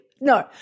No